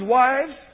wives